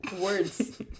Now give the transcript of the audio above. Words